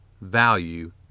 value